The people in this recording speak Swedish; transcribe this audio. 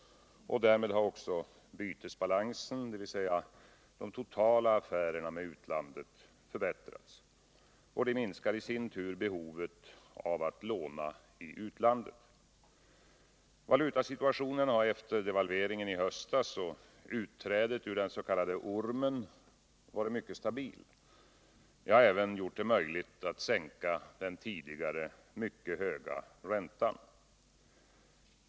Därmed har även bytesbalansen, alltså de totala affärerna med utlandet, förbättrats. Det minskar i sin tur behovet av att låna i utlandet. Valutasituationen har efter devalveringen i höstas och utträdet ur dens.k. ormen varit mycket stabil. Det har även gjort det möjligt att sänka den tidigare mycket höga räntan.